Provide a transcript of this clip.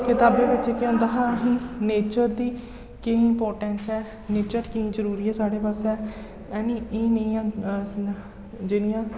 कताबें बिच्च केह् होंदा हा असें गी नेचर दी केह् इमपार्टैंस ऐ नेचर किन्नी जरूरी ऐ साढ़े बास्तै है नी इ'यै नेहियां जेह्ड़ियां